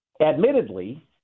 admittedly